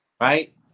right